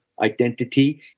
identity